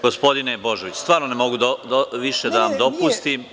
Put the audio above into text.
Gospodine Božoviću, stvarno ne mogu više da vam dopustim.